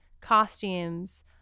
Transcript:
costumes